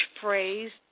phrase